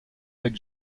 avec